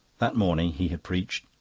that morning he had preached,